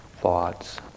thoughts